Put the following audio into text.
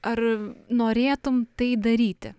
ar norėtum tai daryti